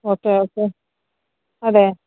okay okay അതെ